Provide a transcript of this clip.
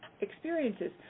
experiences